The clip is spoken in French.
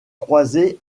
croisées